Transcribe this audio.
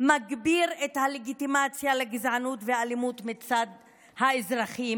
מגביר את הלגיטימציה לגזענות ואלימות מצד האזרחים,